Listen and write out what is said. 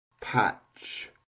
Patch